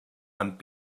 amb